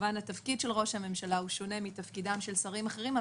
התפקיד של ראש הממשלה הוא כמובן שונה מתפקידם של שרים אחרים,